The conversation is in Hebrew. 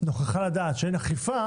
נוכחה לדעת שאין אכיפה